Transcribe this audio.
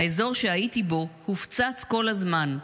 האזור שהייתי בו הופצץ כל הזמן.